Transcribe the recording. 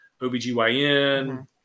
OBGYN